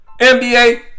NBA